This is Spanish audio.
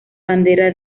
bandera